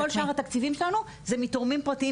כל שאר התקציבים שלנו זה מתורמים פרטיים